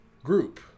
group